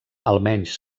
almenys